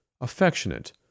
affectionate